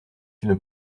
une